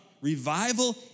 Revival